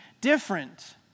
different